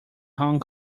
hong